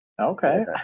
okay